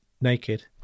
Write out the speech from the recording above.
naked